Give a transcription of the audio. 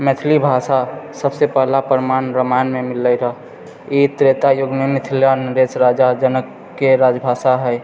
मैथिली भाषा सबसँ पहिला प्रमाण रामायणमे मिलले रहए ई त्रेता युगमे मिथिला नरेश राजा जनकके राजभाषा हइ